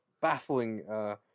baffling